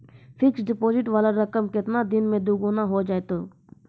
Fixed deposit वाला रकम केतना दिन मे दुगूना हो जाएत यो?